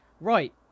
Right